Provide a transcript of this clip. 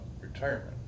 retirement